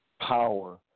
power